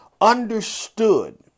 understood